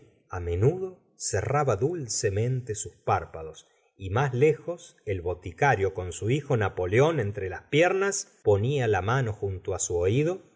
derozenays menudo cerraba dulcemente sus párpados y más lejos el boticario con su hijo napoleón entre las piernas ponía la mano junto á su oído